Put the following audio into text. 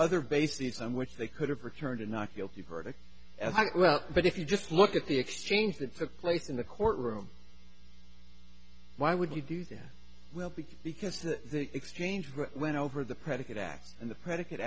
other bases on which they could have returned a not guilty verdict as well but if you just look at the exchange that took place in the courtroom why would you do that will be because the exchange went over the predicate acts and the predi